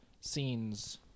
scenes